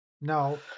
No